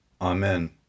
Amen